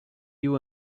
you